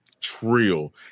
trill